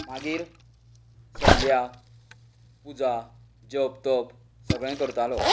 मागीर संध्या पुजा जप तप सगळें करतालो